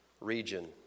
region